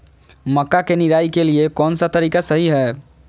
मक्का के निराई के लिए कौन सा तरीका सही है?